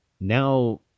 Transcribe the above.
now